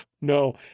no